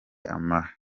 amashaza